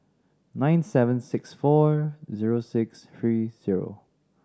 nine seven six four zero six three zero